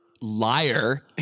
liar